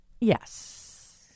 Yes